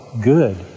good